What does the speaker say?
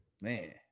man